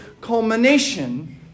culmination